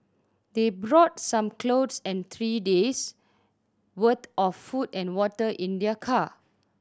they brought some clothes and three days' worth of food and water in their car